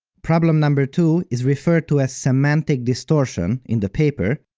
problem number two is referred to as semantic distortion in the paper,